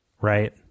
Right